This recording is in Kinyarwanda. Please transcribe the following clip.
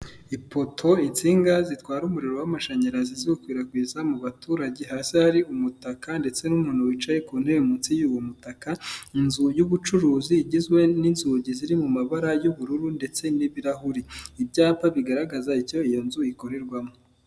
Ipoto, insinga zitwara umuriro w'amashanyarazi ziwukwirakwiza mu baturage, hasi hari umutaka ndetse n'umuntu wicaye ku ntebe munsi y'uwo mutaka, inzu y'ubucuruzi igizwe n'inzugi ziri mu mabara y'ubururu ndetse n'ibirahuri, ibyapa bigaragaza icyo iyo nzu ikorerwamo.